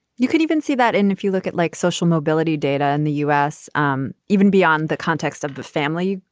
you could even see that and if you look at like social mobility data in and the u s, um even beyond the context of the family,